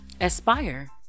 aspire